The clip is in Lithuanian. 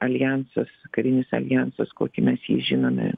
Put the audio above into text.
aljansas karinis aljansas kokį mes jį žinome